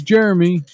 Jeremy